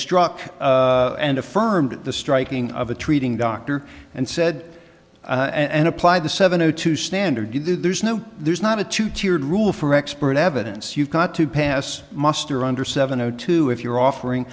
struck and affirmed the striking of the treating doctor and said and apply the seven o two standard there's no there's not a two tiered rule for expert evidence you've got to pass muster under seven o two if you're offering